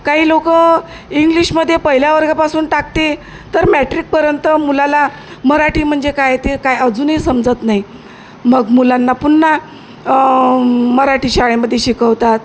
काही लोकं इंग्लिशमध्ये पहिल्या वर्गापासून टाकते तर मॅट्रिकपर्यंत मुलाला मराठी म्हणजे काय ते काय अजूनही समजत नाही मग मुलांना पुन्हा मराठी शाळेमध्ये शिकवतात